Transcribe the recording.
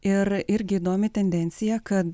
ir irgi įdomi tendencija kad